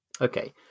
Okay